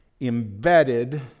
embedded